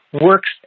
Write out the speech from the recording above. works